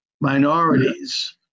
minorities